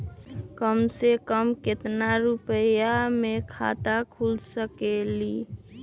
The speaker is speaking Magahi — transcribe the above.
कम से कम केतना रुपया में खाता खुल सकेली?